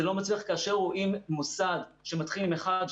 זה לא מצליח כאשר רואים מוסד שמתחיל עם אחד,